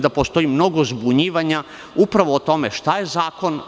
Zato što vidim mnogo zbunjivanja upravo o tome šta je zakon.